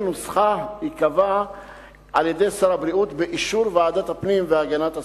נוסחה ייקבע על-ידי שר הבריאות באישור ועדת הפנים והגנת הסביבה.